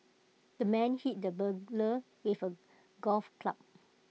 the man hit the burglar with A golf club